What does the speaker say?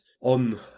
on